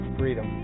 freedom